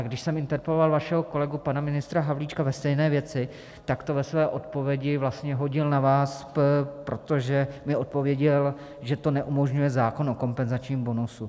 Když jsem interpeloval vašeho kolegu pana ministra Havlíčka ve stejné věci, tak to ve své odpovědi vlastně hodil na vás, protože mi odpověděl, že to neumožňuje zákon o kompenzačním bonusu.